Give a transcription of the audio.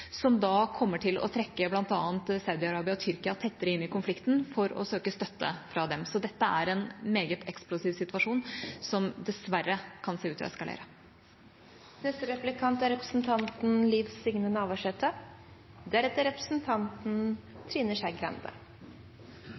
som da kommer til å trekke bl.a. Saudi-Arabia og Tyrkia tettere inn i konflikten for å søke støtte fra dem. Så dette er en meget eksplosiv situasjon, som dessverre kan se ut til å eskalere. Takk til forsvarsministeren for eit, som vanleg, godt innlegg. Forsvaret er